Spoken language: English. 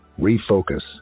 refocus